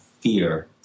fear